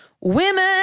women